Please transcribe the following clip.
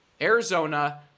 Arizona